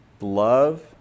love